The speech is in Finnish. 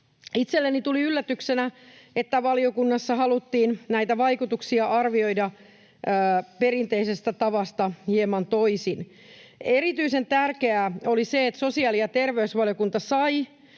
Itselleni tuli yllätyksenä, että valiokunnassa haluttiin näitä vaikutuksia arvioida perinteisestä tavasta hieman toisin. Erityisen tärkeää oli se, että sosiaali- ja terveysvaliokunta sai